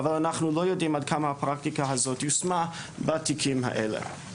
אבל אנחנו לא יודעים עד כמה הפרקטיקה הזאת יושמה בתיקים האלה.